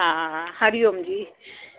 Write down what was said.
हा हरिओम जी